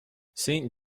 saint